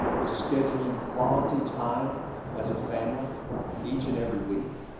was scheduling quality time as a family each and every week?